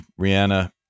Rihanna